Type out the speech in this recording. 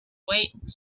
wait